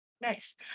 Nice